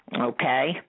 okay